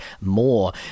more